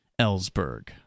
Ellsberg